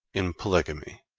in polygamy.